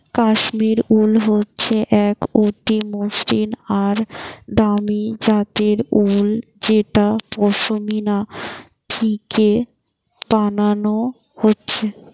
Kashmir wool হচ্ছে এক অতি মসৃণ আর দামি জাতের উল যেটা পশমিনা থিকে বানানা হচ্ছে